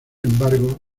embargo